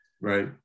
right